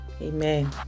Amen